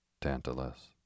Tantalus